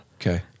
Okay